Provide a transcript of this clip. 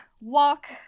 walk